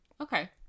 Okay